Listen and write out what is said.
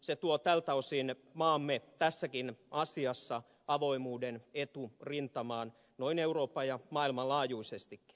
se tuo tältä osin maamme tässäkin asiassa avoimuuden eturintamaan noin euroopan laajuisesti ja maailmanlaajuisestikin